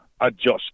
adjust